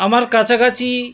আমার কাছাকাছি